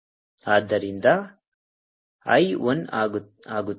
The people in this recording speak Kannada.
ಆದ್ದರಿಂದ I ಒನ್ ಆಗುತ್ತದೆ